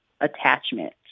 attachment